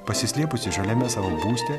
pasislėpusi žaliame savo būste